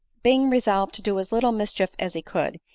being resolved to do as little mischief as he could,